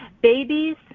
babies